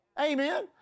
Amen